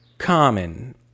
common